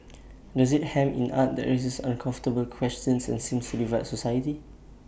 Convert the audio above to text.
does IT hem in art that raises uncomfortable questions and seems divide society